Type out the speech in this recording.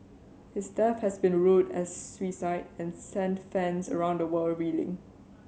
his death has been ruled a suicide and sent fans around the world reeling